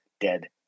dead